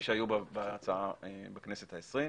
שהיו בהצעה בכנסת העשרים.